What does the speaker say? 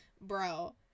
bro